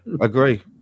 agree